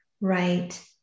right